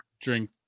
drink